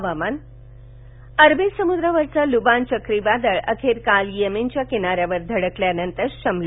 हवामान अरबी समुद्रावरचं लुबान चक्रीवादळ अखेर काल येमेनच्या किनाऱ्यावर धडकल्यानंतर शमलं